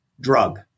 drug